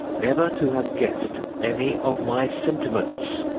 never to have guessed any of my sentiments.